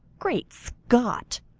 great scott!